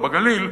או בגליל,